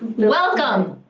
welcome!